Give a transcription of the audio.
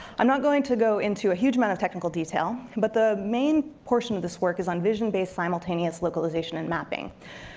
i'm not going to go into a huge amount of technical detail, but the main portion of this work is on vision-based simultaneous localization and mapping.